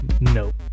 Nope